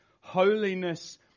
holiness